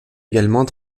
également